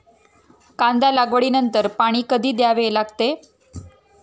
कांदा लागवडी नंतर पाणी कधी द्यावे लागते?